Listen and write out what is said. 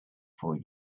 for